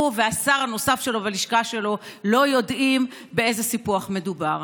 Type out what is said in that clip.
הוא והשר הנוסף שלו והלשכה שלו לא יודעים באיזה סיפוח מדובר.